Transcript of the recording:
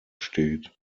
steht